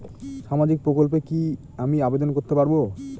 সামাজিক প্রকল্পে কি আমি আবেদন করতে পারবো?